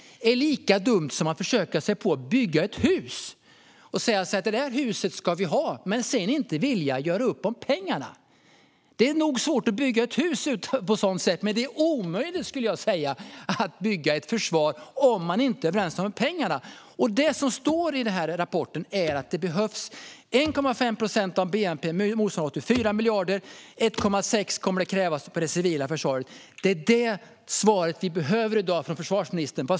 Det är lika dumt som att försöka sig på att bygga ett hus - att säga: Det huset ska vi ha - men sedan inte vilja göra upp om pengarna. Det är nog svårt att bygga ett hus på ett sådant sätt. Men det är omöjligt att bygga ett försvar om man inte är överens om pengarna. I den här rapporten står det att det behövs 1,5 procent av bnp, motsvarande 84 miljarder. 1,6 kommer det att krävas för det civila försvaret. Vi behöver svar från försvarsministern i dag.